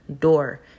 door